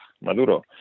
Maduro